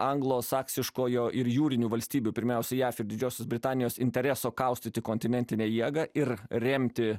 anglosaksiškojo ir jūrinių valstybių pirmiausiai jav ir didžiosios britanijos intereso kaustyti kontinentinę jėgą ir remti